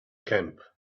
camp